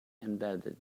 embedded